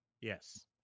yes